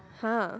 !huh!